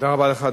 תודה רבה לך,